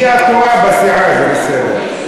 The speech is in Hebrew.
הגיע תורה בסיעה, זה בסדר.